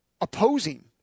opposing